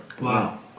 Wow